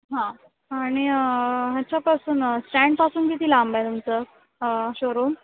हां आणि ह्याच्यापासून स्टँडपासून किती लांब आहे तुमचं शोरूम